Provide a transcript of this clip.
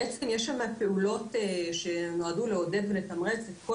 בעצם יש שם פעולות שנועדו לעודד ולתמרץ את כל